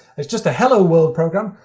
it's just a hello world program.